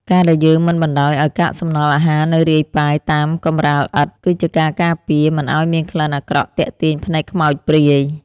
ការដែលយើងមិនបណ្តោយឱ្យកាកសំណល់អាហារនៅរាយប៉ាយតាមកម្រាលឥដ្ឋ គឺជាការការពារមិនឱ្យមានក្លិនអាក្រក់ទាក់ទាញភ្នែកខ្មោចព្រាយ។